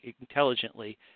intelligently